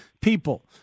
people